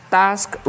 task